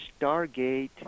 Stargate